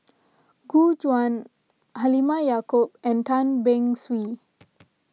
Gu Juan Halimah Yacob and Tan Beng Swee